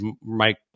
Mike